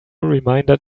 reminder